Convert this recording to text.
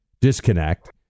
disconnect